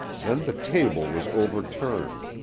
then the table was overturned,